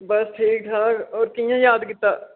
बस ठीक ठाक होर कि'यां याद कीता